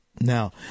Now